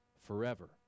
forever